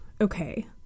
okay